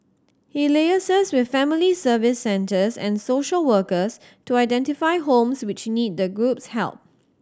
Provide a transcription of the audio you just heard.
he liaises with family Service Centres and social workers to identify homes which need the group's help